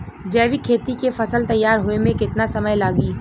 जैविक खेती के फसल तैयार होए मे केतना समय लागी?